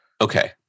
Okay